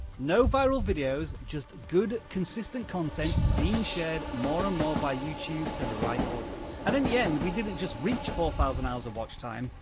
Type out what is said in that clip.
no viral videos, just good consistent content being shared more and more by youtube to the right audience. and in the end, we didn't just reach four thousand hours of watch time,